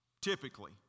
typically